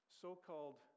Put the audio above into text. so-called